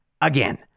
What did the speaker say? again